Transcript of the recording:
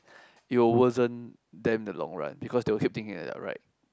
it will worsen them the long run because they will keep thinking that they are right